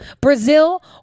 Brazil